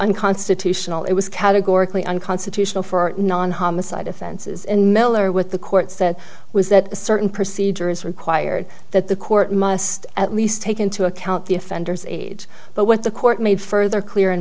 unconstitutional it was categorically unconstitutional for non homicide offenses and miller with the court said was that certain procedure is required that the court must at least take into account the offender's age but what the court made further clear in